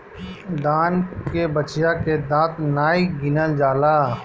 दान के बछिया के दांत नाइ गिनल जाला